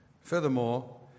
Furthermore